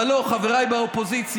אבל לא, חבריי באופוזיציה,